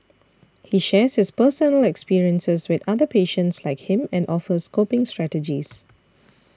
he shares his personal experiences with other patients like him and offers coping strategies